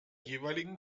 jeweiligen